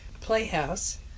Playhouse